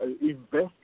invest